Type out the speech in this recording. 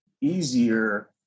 easier